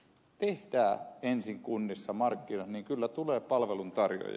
tehdään ensin kunnissa markkinat niin kyllä tulee palveluntarjoajia